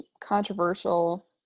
controversial